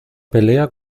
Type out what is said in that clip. pelea